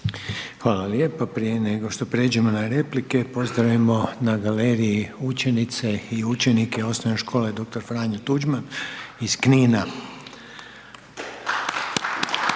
Hvala lijepo. Prije nego što prijeđemo na replike, pozdravimo na galeriji učenice i učenike OŠ dr. Franjo Tuđman iz